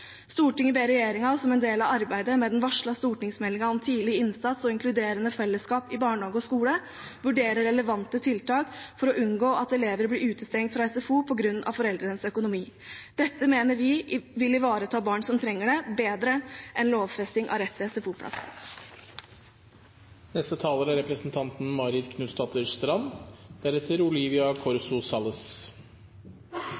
ber regjeringen, som en del av arbeidet med den varslede stortingsmeldingen om tidlig innsats og inkluderende fellesskap i barnehage og skole, vurdere relevante tiltak for å unngå at elever blir utestengt fra SFO på grunn av foreldrenes økonomi.» Dette mener vi vil ivareta barn som trenger det, bedre enn lovfesting av rett til SFO-plass. Senterpartiet er enig i at skolefritidsordningen er